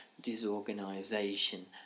disorganisation